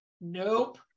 nope